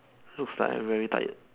looks like I'm very tired